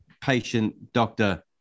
patient-doctor